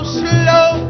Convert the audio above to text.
slow